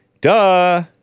Duh